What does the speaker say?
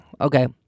Okay